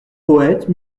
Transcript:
poètes